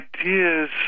ideas